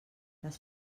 les